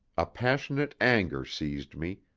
a passionate anger seized me,